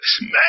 Man